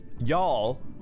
Y'all